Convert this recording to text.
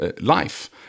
life